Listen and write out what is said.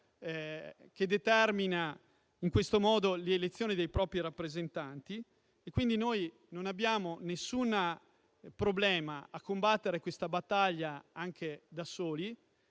modo determina le elezioni dei propri rappresentanti. Quindi, noi non abbiamo alcun problema a combattere questa battaglia anche da soli,